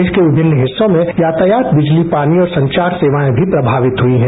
देश के विभिन्न हिस्सों में यातायात बिजली पानी और संचार सेवा भी प्रभावित हई हैं